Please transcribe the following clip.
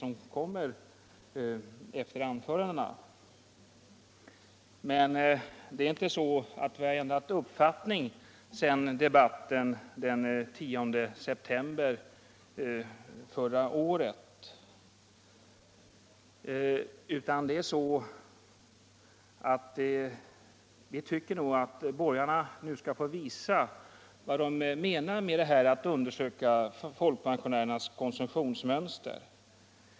Det är emellertid inte så att vi ändrat uppfattning efter debatten den 10 december förra året, utan vi tycker att borgarna nu skall få visa vad de avser med förslaget att vi skall undersöka folkpensionärernas konsumtionsmönster.